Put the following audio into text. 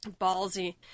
Ballsy